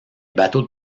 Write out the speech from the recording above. bateaux